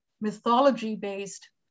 mythology-based